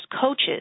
coaches